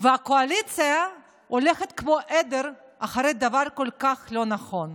והקואליציה הולכת כמו עדר אחרי דבר כל כך לא נכון.